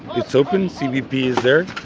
it's open. cbp is there,